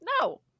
No